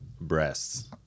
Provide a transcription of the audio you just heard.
breasts